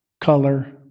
color